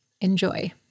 Enjoy